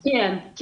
כן.